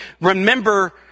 remember